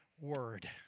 Word